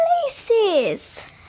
places